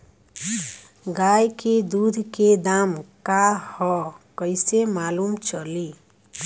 गाय के दूध के दाम का ह कइसे मालूम चली?